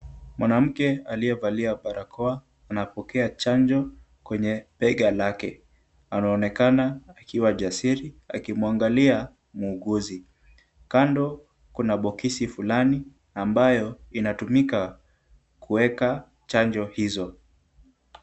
Mwanamke aliyevalia barakoa anapokea chanjo kwenye bega lake. Anaonekana akiwa jasiri akimwangalia muuguzi. Kando kuna bokisi fulani ambayo inatumika kuweka chanjo hizo.